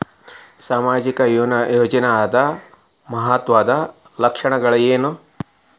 ಸಾಮಾಜಿಕ ಯೋಜನಾದ ಮಹತ್ವದ್ದ ಲಕ್ಷಣಗಳೇನು?